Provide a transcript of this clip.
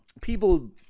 People